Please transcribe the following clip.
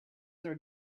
are